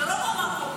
לא רק ברחובות,